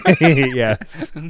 Yes